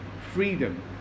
freedom